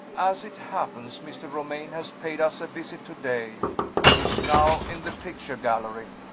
as it happens, mr. romayne has paid us a visit today he is now in the picture gallery.